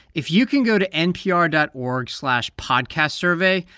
if you can go to npr dot org slash podcastsurvey,